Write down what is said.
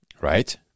Right